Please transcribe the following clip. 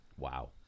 Wow